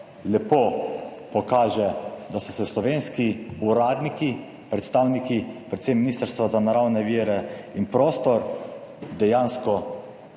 lepo pokaže, da so se slovenski uradniki, predstavniki predvsem Ministrstva za naravne vire in prostor dejansko